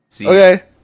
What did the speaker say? Okay